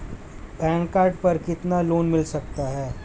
Pan card पर कितना loan मिल सकता है?